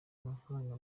amafaranga